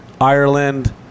Ireland